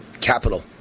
Capital